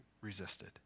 resisted